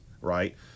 right